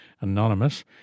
anonymous